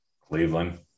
Cleveland